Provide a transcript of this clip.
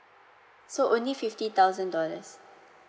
so only fifty thousand dollars